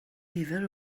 nifer